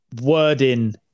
wording